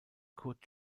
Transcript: kurt